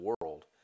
world